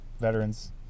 veterans